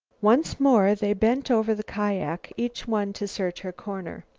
once more they bent over the kiak, each one to search her corner.